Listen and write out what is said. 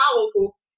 powerful